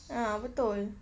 ah betul